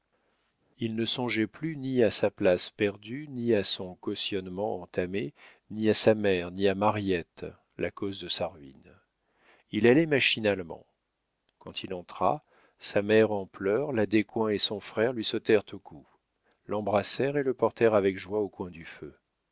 il ne songeait plus ni à sa place perdue ni à son cautionnement entamé ni à sa mère ni à mariette la cause de sa ruine il allait machinalement quand il entra sa mère en pleurs la descoings et son frère lui sautèrent au cou l'embrassèrent et le portèrent avec joie au coin du feu